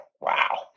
Wow